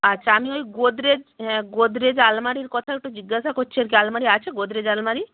আচ্ছা আমি ওই গোদরেজ হ্যাঁ গোদরেজ আলমারির কথাও একটু জিজ্ঞাসা করছি আর কি আলমারি আছে গোদরেজ আলমারি